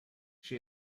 she